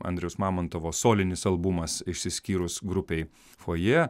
andriaus mamontovo solinis albumas išsiskyrus grupei fojė